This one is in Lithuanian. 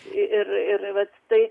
ir ir vat tai